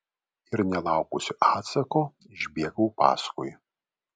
ir nelaukusi atsako išbėgau paskui